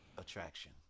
attraction